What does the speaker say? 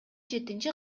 жетинчи